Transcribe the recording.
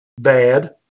Bad